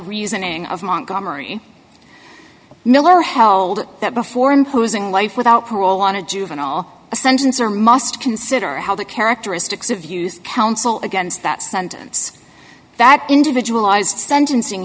reasoning of montgomery miller held that before imposing life without parole on a juvenile ascensions or must consider how the characteristics of use counsel against that sentence that individual ised sentencing